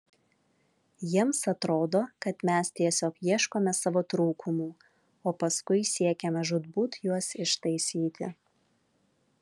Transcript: jiems atrodo kad mes tiesiog ieškome savo trūkumų o paskui siekiame žūtbūt juos ištaisyti